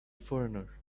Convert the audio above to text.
foreigner